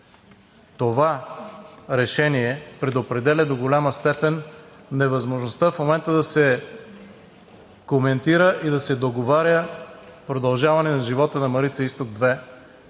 Това решение предопределя до голяма степен невъзможността в момента да се коментира и да се договаря продължаване на живота на Марица изток 2